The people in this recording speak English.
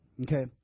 Okay